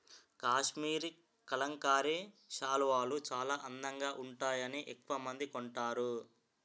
కాశ్మరీ కలంకారీ శాలువాలు చాలా అందంగా వుంటాయని ఎక్కవమంది కొంటారు